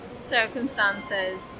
Circumstances